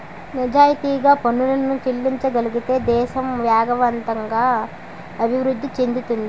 నిజాయితీగా పనులను చెల్లించగలిగితే దేశం వేగవంతంగా అభివృద్ధి చెందుతుంది